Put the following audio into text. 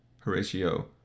Horatio